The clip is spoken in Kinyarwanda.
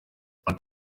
ati